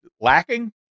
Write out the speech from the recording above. lacking